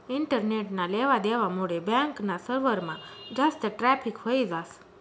इंटरनेटना लेवा देवा मुडे बॅक ना सर्वरमा जास्त ट्रॅफिक व्हयी जास